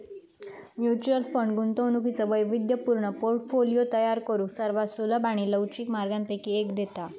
mutual fund गुंतवणुकीचो वैविध्यपूर्ण portfolio तयार करुक सर्वात सुलभ आणि लवचिक मार्गांपैकी एक देता